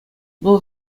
вӑл